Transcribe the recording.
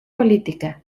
política